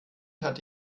hatte